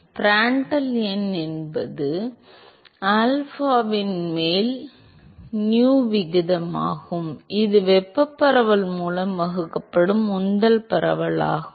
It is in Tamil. பிராண்டல் எண் என்பது ஆல்பாவின் மேல் nu விகிதமாகும் இது வெப்பப் பரவல் மூலம் வகுக்கப்படும் உந்தப் பரவல் ஆகும்